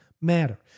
matter